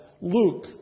Luke